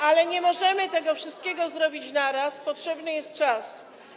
Ale nie możemy tego wszystkiego zrobić na raz, potrzebny jest czas.